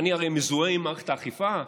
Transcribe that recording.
ואני הרי מזוהה עם מערכת האכיפה,